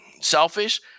selfish